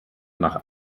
nach